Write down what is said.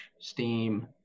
Steam